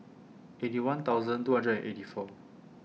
Eighty One thousand two hundred and eighty four